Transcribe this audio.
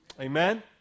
Amen